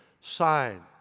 sign